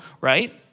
right